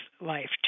life